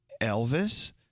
Elvis